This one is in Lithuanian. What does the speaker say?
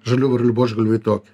žalių varlų buožgalviai toki